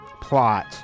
plot